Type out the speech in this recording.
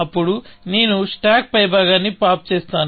అప్పుడు నేను స్టాక్ పైభాగాన్ని పాప్ చేస్తాను